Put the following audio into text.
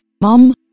mom